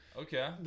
Okay